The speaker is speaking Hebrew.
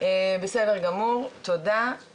כמו שאתם רואים, זה נתונים נכונים לדי סוף אוקטובר